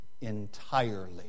entirely